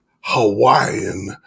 Hawaiian